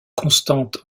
constante